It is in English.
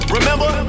Remember